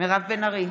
מירב בן ארי,